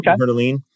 Okay